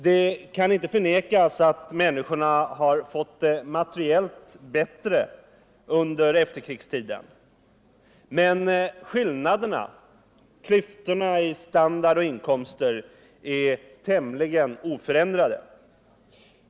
Det skall inte förnekas att människorna har fått det materiellt bättre under efterkrigstiden, men klyftorna i fråga om standard och inkomster 141 är tämligen oförändrade.